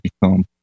become